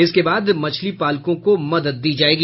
इसके बाद मछली पालकों को मदद दी जायेगी